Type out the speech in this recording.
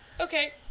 okay